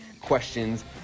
questions